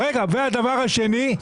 רגע, והדבר השני.